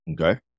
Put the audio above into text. Okay